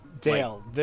Dale